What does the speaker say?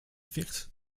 figs